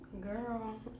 Girl